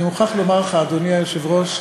אני מוכרח לומר לך, אדוני היושב-ראש,